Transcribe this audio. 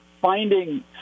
finding